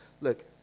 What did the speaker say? look